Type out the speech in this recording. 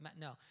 no